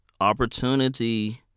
opportunity